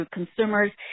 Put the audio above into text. consumers